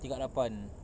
tingkat lapan